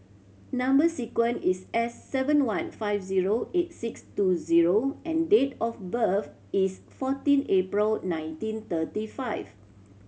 number sequence is S seven one five zero eight six two zero and date of birth is fourteen April nineteen thirty five